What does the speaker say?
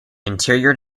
interior